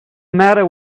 matter